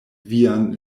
vian